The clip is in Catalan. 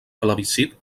plebiscit